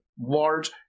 large